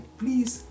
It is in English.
please